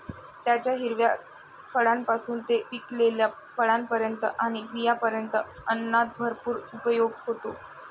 त्याच्या हिरव्या फळांपासून ते पिकलेल्या फळांपर्यंत आणि बियांपर्यंत अन्नात भरपूर उपयोग होतो